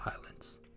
violence